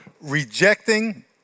rejecting